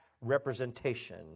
representation